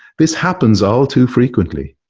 this happens all too frequently.